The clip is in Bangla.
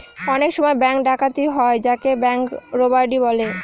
অনেক সময় ব্যাঙ্ক ডাকাতি হয় যাকে ব্যাঙ্ক রোবাড়ি বলে